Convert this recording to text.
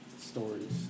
stories